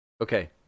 Okay